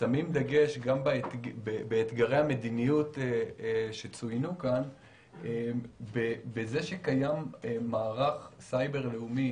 שמים דגש גם באתגרי המדיניות שצוינו כאן בזה שקיים מערך סייבר לאומי